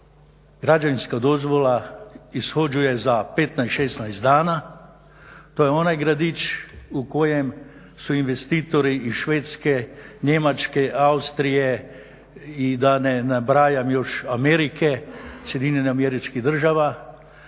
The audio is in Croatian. građevinska dozvola ishođuje za 15, 16 dana, to je onaj gradić u kojem su investitori iz Švedske, Njemačke, Austrije i da ne nabrajam još, Amerike, SAD-a, to je gradić